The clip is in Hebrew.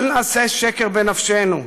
אל נעשה שקר בנפשנו,